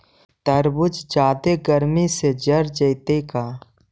तारबुज जादे गर्मी से जर जितै का?